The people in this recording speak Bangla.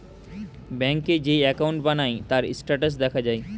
ব্যাংকে যেই অ্যাকাউন্ট বানায়, তার স্ট্যাটাস দেখা যায়